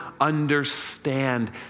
understand